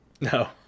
No